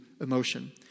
emotion